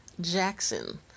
Jackson